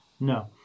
No